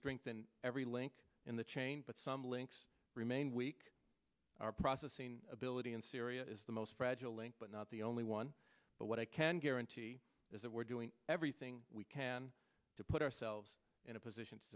strengthen every link in the chain but some links remain weak our processing ability in syria is the most fragile link but not the only one but what i can guarantee is that we're doing everything we can to put ourselves in a position to